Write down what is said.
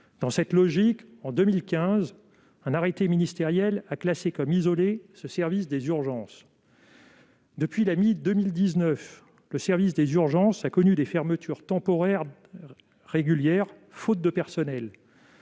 années. Ainsi, en 2015, un arrêté ministériel a classé comme « isolé » ce service des urgences. Depuis la mi-2019, le service des urgences a connu des fermetures temporaires régulières, faute de personnel.